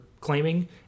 claiming